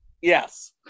Yes